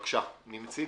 בבקשה, מי מציג?